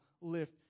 lift